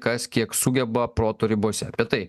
kas kiek sugeba proto ribose apie tai